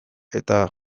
eta